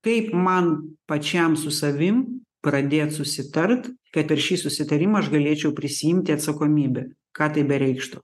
kaip man pačiam su savim pradėt susitart kad per šį susitarimą aš galėčiau prisiimti atsakomybę ką tai bereikštų